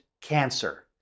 cancer